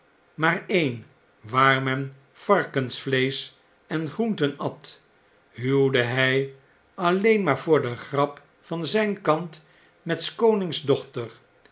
maar een waar men varkensvleesch en groenten at huwde hij alleen maar voor de grap van zjjn kant met s konings dochter